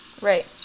Right